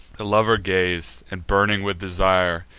the lover gaz'd, and, burning with desire,